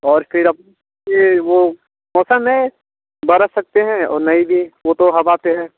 और फिर अब ये वो मौसम है बरस सकते हैं और नहीं भी वो तो हवा पर है